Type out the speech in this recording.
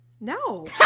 no